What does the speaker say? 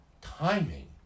Timing